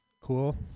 Cool